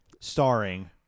starring